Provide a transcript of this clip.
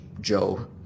joe